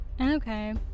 Okay